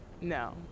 No